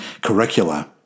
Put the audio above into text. curricula